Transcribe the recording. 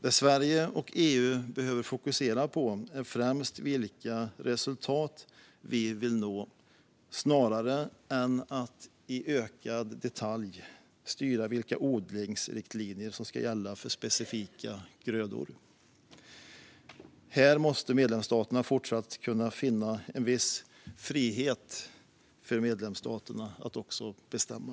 Det som Sverige och EU behöver fokusera på är främst vilka resultat vi vill nå, snarare än att i ökad detalj styra vilka odlingsriktlinjer som ska gälla för specifika grödor. Här måste medlemsstaterna kunna fortsätta finna viss frihet att bestämma.